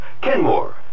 Kenmore